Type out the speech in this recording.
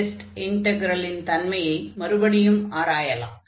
ஆக டெஸ்ட் இன்டக்ரலின் தன்மையை மறுபடியும் ஆராயலாம்